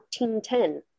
1410